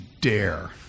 dare